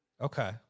okay